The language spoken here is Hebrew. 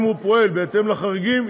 אם הוא פועל בהתאם לחריגים,